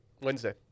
Wednesday